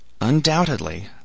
Undoubtedly